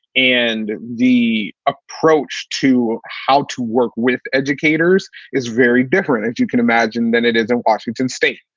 and the approach to how to work with educators is very different as you can imagine, than it is in washington state.